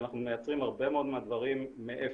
ואנחנו מייצרים הרבה מאוד מהדברים מאפס.